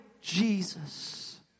Jesus